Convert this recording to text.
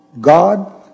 God